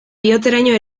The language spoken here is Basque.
bihotzeraino